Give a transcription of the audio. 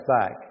back